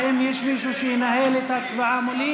האם יש מישהו שינהל את ההצבעה מולי?